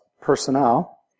personnel